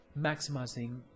maximizing